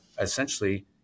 essentially